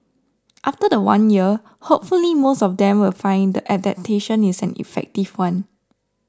after the one year hopefully most of them will find the adaptation is an effective one